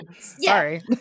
Sorry